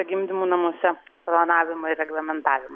gimdymų namuose planavimą ir reglamentavimą